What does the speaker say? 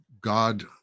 God